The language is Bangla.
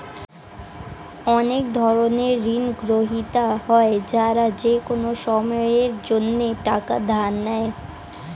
অনেক ধরনের ঋণগ্রহীতা হয় যারা যেকোনো সময়ের জন্যে টাকা ধার নেয়